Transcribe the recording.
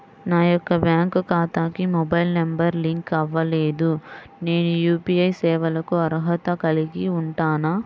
నా యొక్క బ్యాంక్ ఖాతాకి మొబైల్ నంబర్ లింక్ అవ్వలేదు నేను యూ.పీ.ఐ సేవలకు అర్హత కలిగి ఉంటానా?